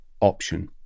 option